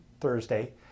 Thursday